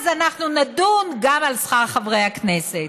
אז אנחנו נדון גם על שכר חברי הכנסת.